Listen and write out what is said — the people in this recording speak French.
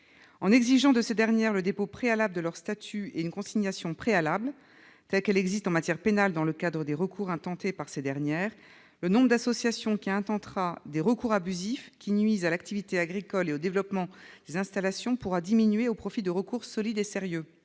en exigeant de cette dernière, le dépôt préalable de leur statut, une consignation préalables, telle qu'elle existe en matière pénale dans le cadre des recours intentés par ces dernières, le nombre d'associations qui, un temps des recours abusifs qui nuisent à l'activité agricole et au développement des installations pourra diminuer au profit de recours solide et sérieux,